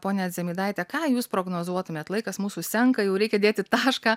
pone dzemydaite ką jūs prognozuotumėt laikas mūsų senka jau reikia dėti tašką